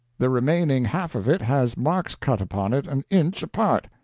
the remaining half of it has marks cut upon it an inch apart.